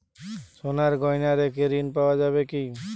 সোনার গহনা রেখে ঋণ পাওয়া যাবে কি?